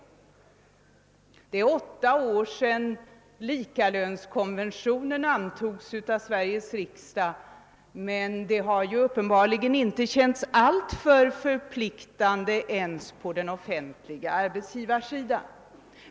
Det är åtta år sedan likalönskonventionen antogs av Sveriges riksdag. Men det har uppenbarligen inte känts alltför förpliktande ens på den offentliga arbetsgivarsidan.